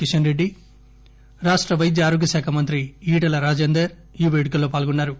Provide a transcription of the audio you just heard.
కిషన్ రెడ్డి రాష్ట వైద్య ఆరోగ్యశాఖ మంత్రి ఈటల రాజేందర్ ఈ పేడుకల్లో పాల్గొన్నారు